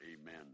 Amen